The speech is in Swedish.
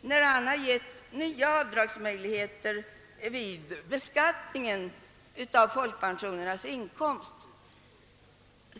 när han har gett nya avdragsmöjligheter vid beskattningen av folkpensionsinkomst.